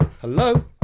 Hello